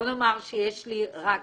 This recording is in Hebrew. בואו נאמר שיש לי רק